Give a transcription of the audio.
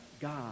God